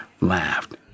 laughed